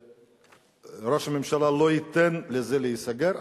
שראש הממשלה לא ייתן לזה להיסגר,